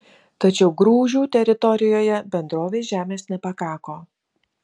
tačiau grūžių teritorijoje bendrovei žemės nepakako